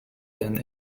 then